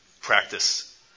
practice